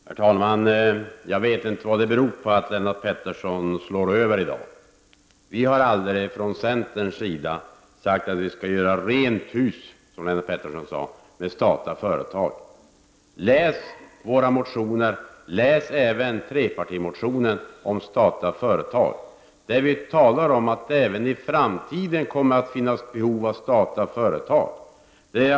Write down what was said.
Herr talman! Jag vet inte vad som är orsaken till att Lennart Pettersson i dag slår över som han gör. Vi i centern har aldrig, som Lennart Pettersson sade, hävdat att vi skall göra rent hus med de statliga företagen. Läs våra motioner! Läs även trepartimotionen om statliga företag, där vi motionärer talar om att det även i framtiden av olika skäl kommer att finnas behov av statliga företag.